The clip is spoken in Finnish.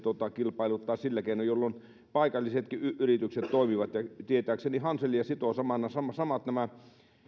kilpailuttaa sillä keinoin jolloin paikallisetkin yritykset toimivat tietääkseni hanselia sitovat nämä samat